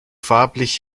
farblich